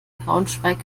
braunschweig